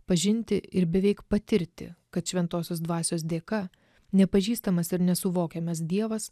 pažinti ir beveik patirti kad šventosios dvasios dėka nepažįstamas ir nesuvokiamas dievas